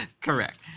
Correct